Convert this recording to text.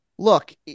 Look